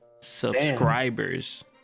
Subscribers